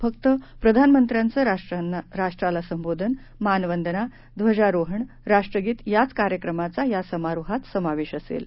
फक्त प्रधानमंत्र्यांचं राष्ट्राला संबोधन मानवंदना ध्वजारोहण राष्ट्रगीत याच कार्यक्रमांचा या समारोहात समावेश असेल